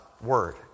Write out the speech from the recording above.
word